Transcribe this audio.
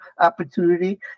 opportunity